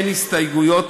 אין הסתייגויות,